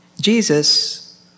Jesus